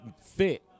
fit